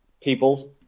peoples